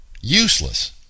Useless